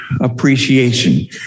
appreciation